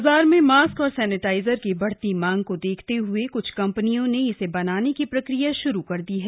बाजार में मास्क और सैनेटाइजर की बढ़ती मांग को देखते हुए कुछ कंपनियों ने इसे बनाने की प्रक्रिया शुरू कर दी है